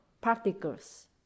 particles